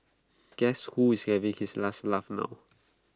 guess who is having his last laugh now